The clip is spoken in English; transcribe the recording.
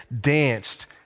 danced